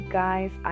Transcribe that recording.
guys